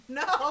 no